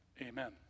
amen